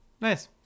Nice